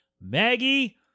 Maggie